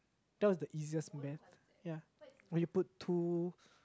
that was the easiest math ya we put two